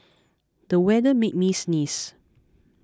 the weather made me sneeze